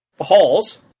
halls